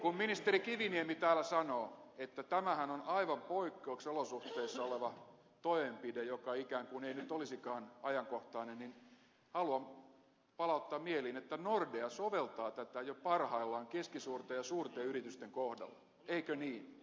kun ministeri kiviniemi täällä sanoo että tämähän on aivan poikkeusolosuhteissa oleva toimenpide joka ikään kuin ei nyt olisikaan ajankohtainen niin haluan palauttaa mieliin että nordea soveltaa tätä jo parhaillaan keskisuurten ja suurten yritysten kohdalla eikö niin